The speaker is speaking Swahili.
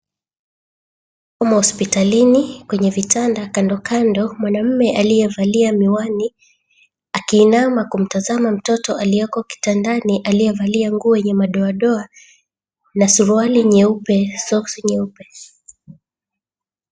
Humu hospitalini kwenye vitanda, kandokando kuna mwanaume aliyevalia miwani akiinama kumtazama mtoto alioko kitandani aliyevalia nguo yenye madoadoa na suruali nyeupe soksi nyeupe.